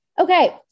Okay